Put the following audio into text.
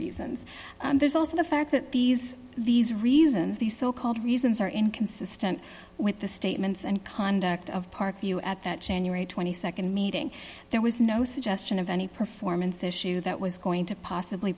reasons there's also the fact that these these reasons these so called reasons are inconsistent with the statements and conduct of parkview at that january nd meeting there was no suggestion of any performance issue that was going to possibly